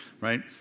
right